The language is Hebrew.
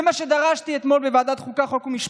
זה גם מה שדרשתי אתמול בוועדת החוקה, חוק ומשפט,